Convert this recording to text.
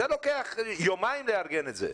לוקח יומיים לארגן את זה.